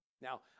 Now